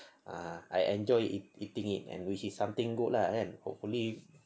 ah I enjoy eating it which is something good lah kan hopefully